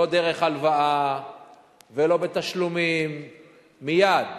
לא דרך הלוואה ולא בתשלומים, מייד.